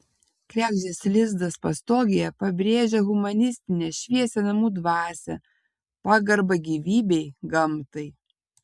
kregždės lizdas pastogėje pabrėžia humanistinę šviesią namų dvasią pagarbą gyvybei gamtai